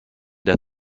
der